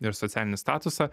ir socialinį statusą